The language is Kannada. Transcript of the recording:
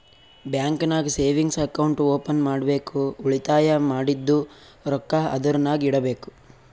ಬ್ಯಾಂಕ್ ನಾಗ್ ಸೇವಿಂಗ್ಸ್ ಅಕೌಂಟ್ ಓಪನ್ ಮಾಡ್ಬೇಕ ಉಳಿತಾಯ ಮಾಡಿದ್ದು ರೊಕ್ಕಾ ಅದುರ್ನಾಗ್ ಇಡಬೇಕ್